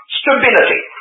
stability